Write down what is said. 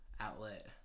Outlet